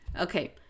Okay